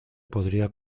podría